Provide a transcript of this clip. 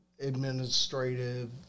administrative